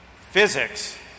Physics